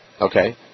Okay